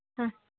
ಹಾಂ